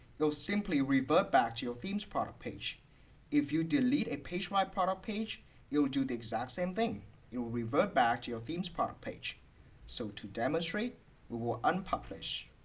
you'll simply revert back to your themes product page if you delete a pagefly product page you'll do the exact same thing you know will revert back to your themes product page so to demonstrate we will unpublish